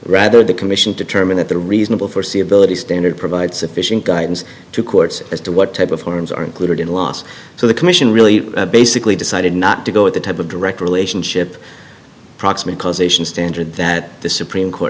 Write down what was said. rather the commission to terminate the reasonable foreseeability standard provides sufficient guidance to courts as to what type of forms are included in loss so the commission really basically decided not to go with the type of direct relationship proximate cause ation standard that the supreme court